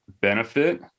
benefit